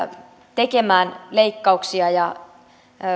tekemään leikkauksia ja